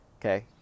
Okay